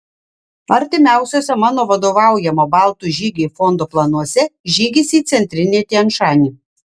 artimiausiuose mano vadovaujamo baltų žygiai fondo planuose žygis į centrinį tian šanį